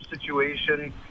situation